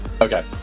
Okay